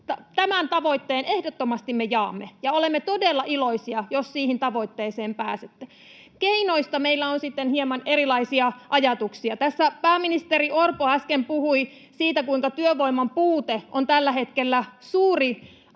tämän tavoitteen ehdottomasti me jaamme, ja olemme todella iloisia, jos siihen tavoitteeseen pääsette. Keinoista meillä on sitten hieman erilaisia ajatuksia. Tässä pääministeri Orpo äsken puhui siitä, kuinka työvoiman puute on tällä hetkellä suurin este